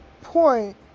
point